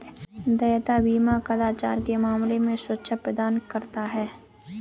देयता बीमा कदाचार के मामले में सुरक्षा प्रदान करता है